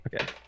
okay